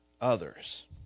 others